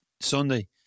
Sunday